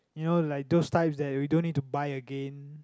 you know like those types that we don't need to buy again